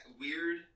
weird